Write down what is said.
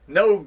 no